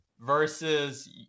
versus